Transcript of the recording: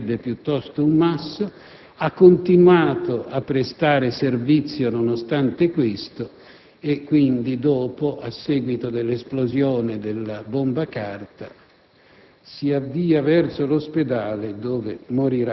non so se fosse una spranga, ma sembrerebbe piuttosto un masso), ha continuato a prestare servizio nonostante ciò e, a seguito dell'esplosione della bomba carta,